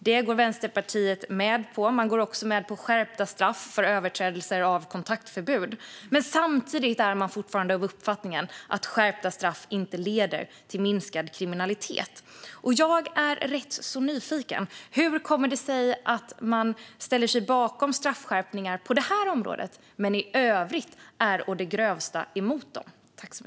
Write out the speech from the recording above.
Detta går Vänsterpartiet med på, och man går med på skärpta straff för överträdelser av kontaktförbud. Men samtidigt är man fortfarande av uppfattningen att skärpta straff inte leder till minskad kriminalitet. Jag är rätt nyfiken: Hur kommer det sig att man ställer sig bakom straffskärpningar på det här området men i övrigt är å det grövsta emot dem?